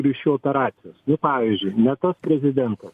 ryšių operacijos nu pavyzdžiui ne tas prezidents